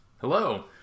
Hello